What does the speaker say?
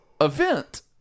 event